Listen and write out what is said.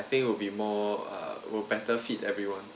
I think it would be more uh will better feed everyone